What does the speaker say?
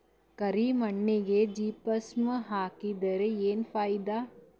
ಕರಿ ಮಣ್ಣಿಗೆ ಜಿಪ್ಸಮ್ ಹಾಕಿದರೆ ಏನ್ ಫಾಯಿದಾ?